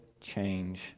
change